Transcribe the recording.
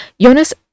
Jonas